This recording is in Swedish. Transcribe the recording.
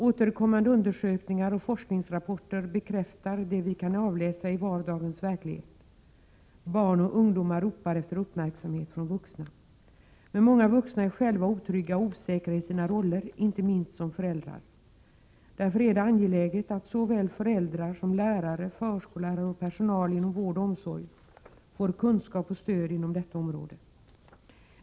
Återkommande undersökningar och forskningsrapporter bekräftar det vi kan avläsa i vardagens verklighet: barn och ungdomar ropar efter uppmärksamhet från vuxna. Många vuxna är själva otrygga och osäkra i sina roller, inte minst som föräldrar. Därför är det angeläget att såväl föräldrar som lärare, förskollärare och personal inom vård och omsorg får kunskap och stöd inom detta område.